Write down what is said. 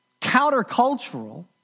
countercultural